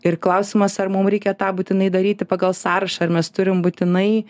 ir klausimas ar mum reikia tą būtinai daryti pagal sąrašą ar mes turim būtinai